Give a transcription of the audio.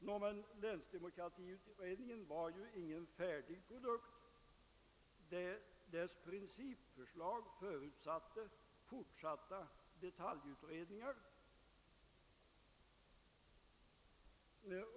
Nå, men länsdemokratiutredningen var ju ingen färdig produkt — dess principförslag förutsatte fortsatta detaljutredningar.